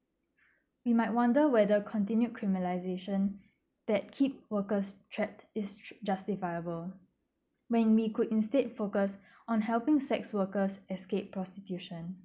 you might wonder whether continued criminalisation that keep workers check is justifiable when we could instead focus on helping sex workers escape prostitution